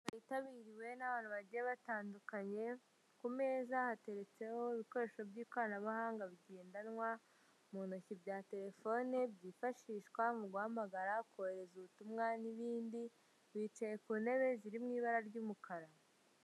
Yitabiriwe n'abantu bagiye batandukanye, ku meza hateretseho ibikoresho by'ikoranabuhanga bigendanwa mu ntoki bya telefone byifashishwa mu guhamagara kohereza ubutumwa n'ibindi, bicaye ku ntebe ziri mu ibara ry'umukara.